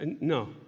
No